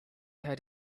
had